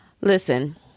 Listen